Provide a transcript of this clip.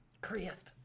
Crisp